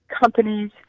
companies